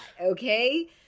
okay